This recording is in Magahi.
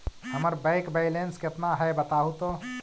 हमर बैक बैलेंस केतना है बताहु तो?